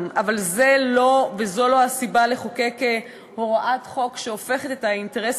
אבל זו לא סיבה לחוקק הוראת חוק שהופכת את האינטרס